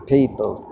People